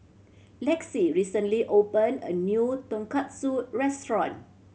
Lexie recently opened a new Tonkatsu Restaurant